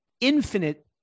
infinite